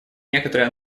некоторые